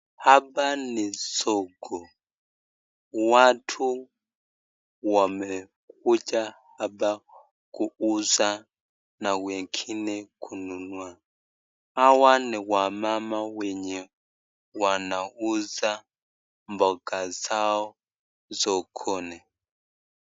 Hapa ni soko. Watu wamekuja hapa kuuza na wengine kununua. Hawa ni wamama wenye wanauza mboga zao zokoni.